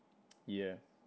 yeah